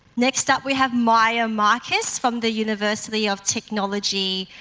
next up we have maya marcus from the university of technology,